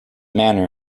manner